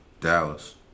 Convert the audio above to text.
Dallas